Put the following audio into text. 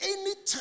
Anytime